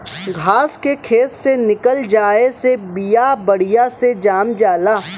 घास के खेत से निकल जाये से बिया बढ़िया से जाम जाला